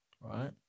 Right